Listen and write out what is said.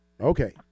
Okay